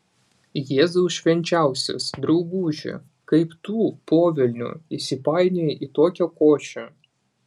jėzau švenčiausias drauguži kaip tu po velnių įsipainiojai į tokią košę